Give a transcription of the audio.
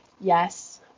Yes